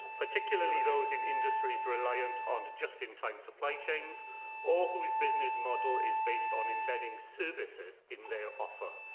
particularly those in industries reliant on just-in-time supply chains or whose business model is based on embedding services in their offer,